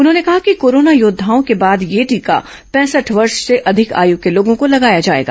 उन्होंने कहा कि कोरोना योद्वाओं के बाद यह टीका पैंसठ वर्ष से अधिक आयु के लोगों को लगाया जायेगा